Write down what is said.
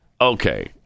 Okay